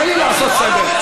תן לי לעשות סדר.